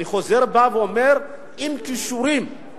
אני חוזר ואומר: עם כישורים,